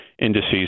indices